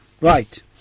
Right